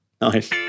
nice